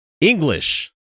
English